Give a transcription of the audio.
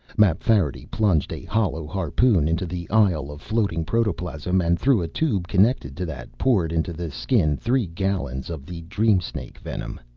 mapfarity plunged a hollow harpoon into the isle of floating protoplasm and through a tube connected to that poured into the skin three gallons of the dream-snake venom.